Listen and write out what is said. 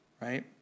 right